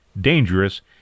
dangerous